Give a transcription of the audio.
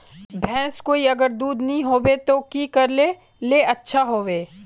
भैंस कोई अगर दूध नि होबे तो की करले ले अच्छा होवे?